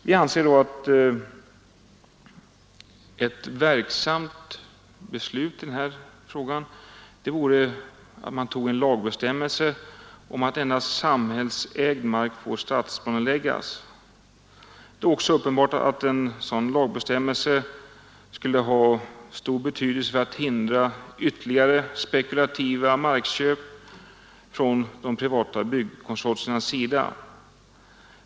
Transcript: Vi anser att ett verksamt medel vore en lagbestämmelse om att endast samhällsägd mark får stadsplaneläggas. Det är uppenbart att en sådan lagbestämmelse skulle ha stor betydelse när det gäller att förhindra ytterligare spekulativa markköp från de privata byggkonsortiernas sida.